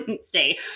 say